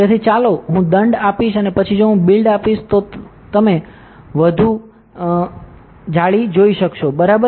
તેથી ચાલો હું દંડ આપીશ અને પછી જો હું બિલ્ડ આપીશ તો તમે વધુ ગાense જાળી જશો બરાબર